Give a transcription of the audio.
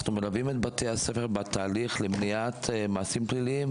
אנחנו מלווים את בתי הספר בתהליך למניעת מעשים פליליים,